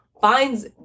finds